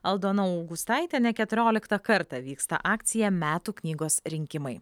aldona augustaitienė keturioliktą kartą vyksta akcija metų knygos rinkimai